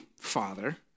Father